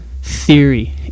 theory